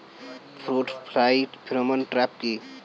Fruit fly pheromone trap কি?